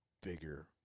bigger